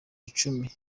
icumi